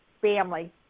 family